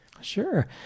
Sure